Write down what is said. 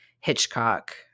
Hitchcock